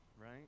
right